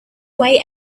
way